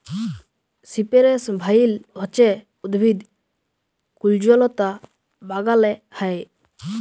সিপেরেস ভাইল হছে উদ্ভিদ কুল্জলতা বাগালে হ্যয়